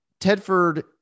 Tedford